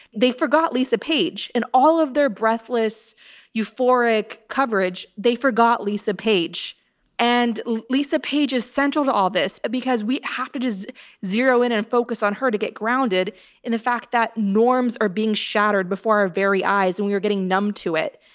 they forgot lisa page and all of their breathless euphoric coverage. they forgot lisa page and lisa page's central to all this because we have to just zero in and focus on her to get grounded in the fact that norms are being shattered before our very eyes and we were getting numb to it.